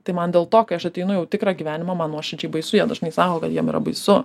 tai man dėl to kai aš ateinu jau į tikrą gyvenimą man nuoširdžiai baisu jie dažnai sako kad jiem yra baisu